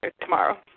tomorrow